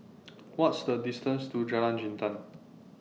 What IS The distance to Jalan Jintan